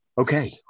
Okay